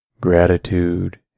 Gratitude